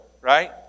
right